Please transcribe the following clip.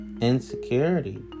insecurity